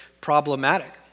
problematic